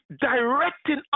directing